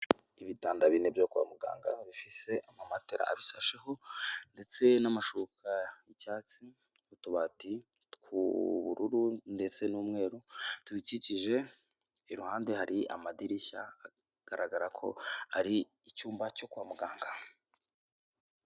Ibitanda bine byo kwa muganga bifite ama matera abisasheho ndetse n'amashuka y'icyatsi, utubati tw'ubururu ndetse n'umweru tubikikije, iruhande hari amadirishya agaragara ko ari icyumba cyo kwa muganga.